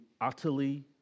utterly